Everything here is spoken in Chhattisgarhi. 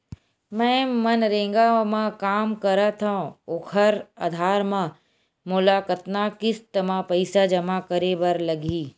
मैं मनरेगा म काम करथव, ओखर आधार म मोला कतना किस्त म पईसा जमा करे बर लगही?